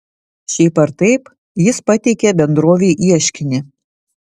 šiaip ar taip jis pateikė bendrovei ieškinį